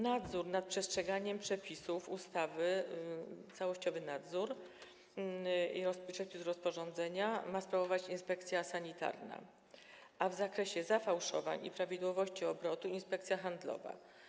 Nadzór nad przestrzeganiem przepisów ustawy, całościowy nadzór i nadzór nad przestrzeganiem przepisów rozporządzenia ma sprawować inspekcja sanitarna, a w zakresie zafałszowań i prawidłowości obrotu - Inspekcja Handlowa.